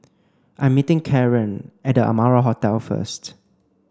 I'm meeting Kaaren at The Amara Hotel first